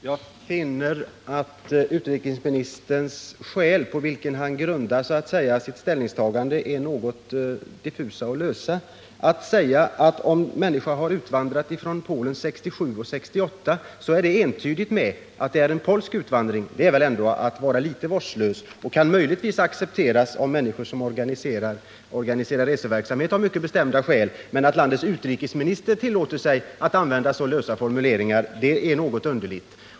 Herr talman! Jag finner att de skäl utrikesministern grundar sin inställning på är något diffusa och lösliga. Om en människa utvandrat från Polen 1967 eller 1968 skulle det vara entydigt med judisk utvandring — det är väl ändå att vara litet vårdslös i sina uttalanden. Det kan möjligen accepteras av människor som organiserar reseverksamhet av mycket bestämda skäl, men att landets utrikesminister tillåter sig att använda så lösa formuleringar är något underligt.